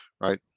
right